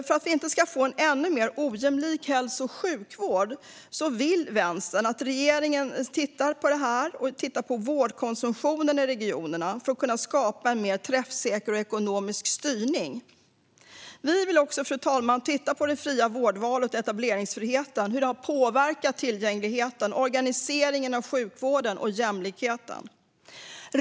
För att vi inte ska få en ännu mer ojämlik hälso och sjukvård vill Vänstern att regeringen ser över vårdkonsumtionen i regionerna för att kunna skapa en mer träffsäker ekonomisk styrning. Fru talman! Vi vill också titta på hur det fria vårdvalet och etableringsfriheten har påverkat tillgängligheten, organiseringen av sjukvården och jämlikheten.